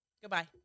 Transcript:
Goodbye